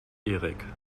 erik